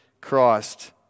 Christ